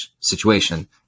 situation